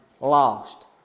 lost